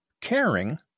caring